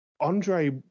Andre